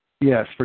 Yes